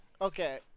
Okay